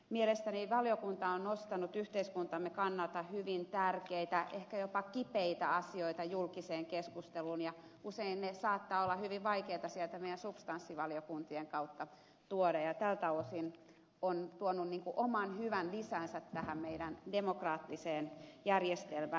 mielestäni valiokunta on nostanut julkiseen keskusteluun yhteiskuntamme kannalta hyvin tärkeitä ehkä jopa kipeitä asioita joita usein saattaa olla hyvin vaikea sieltä substanssivaliokuntien kautta tuoda ja tältä osin on tuonut oman hyvän lisänsä tähän meidän demokraattiseen järjestelmään